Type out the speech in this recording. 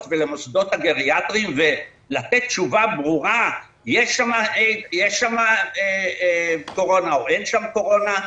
ולמוסדות הגריאטריים ולתת תשובה ברורה אם יש שם קורונה או אין שם קורונה,